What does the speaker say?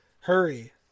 hurry